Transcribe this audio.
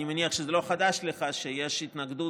אני מניח שזה לא חדש לך שיש התנגדות